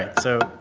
so,